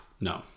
No